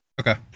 Okay